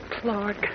Clark